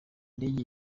ndege